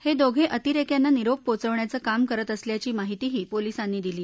हे दोघे अतिरेक्यांना निरोप पोचवण्याचं काम करत असल्याची माहितीही पोलिसांनी दिली